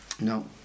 no